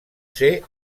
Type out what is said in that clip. ser